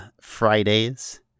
Fridays